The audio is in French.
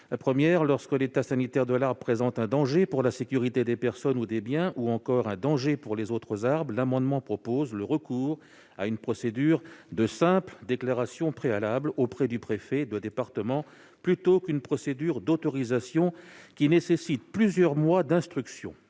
d'arbres. Lorsque l'état sanitaire de l'arbre présente un danger pour la sécurité des personnes ou des biens ou encore un danger pour les autres arbres, le Gouvernement propose de recourir à une procédure de simple « déclaration préalable » auprès du préfet de département plutôt qu'à une procédure d'autorisation, laquelle nécessite plusieurs mois d'instruction.